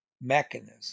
mechanism